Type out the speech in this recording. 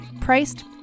priced